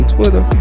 Twitter